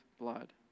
blood